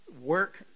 work